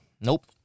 Nope